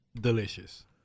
Delicious